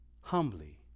humbly